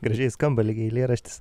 gražiai skamba lyg eilėraštis